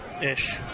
Ish